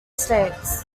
states